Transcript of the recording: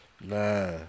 Nah